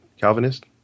Calvinist